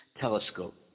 telescope